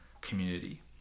community